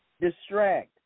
distract